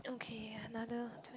okay another